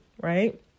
right